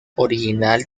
original